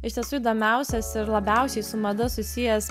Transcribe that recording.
iš tiesų įdomiausias ir labiausiai su mada susijęs